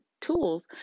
tools